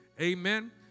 Amen